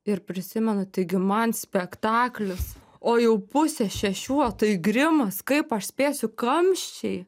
ir prisimenu taigi man spektaklis o jau pusę šešių o tai grimas kaip aš spėsiu kamščiai